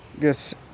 Yes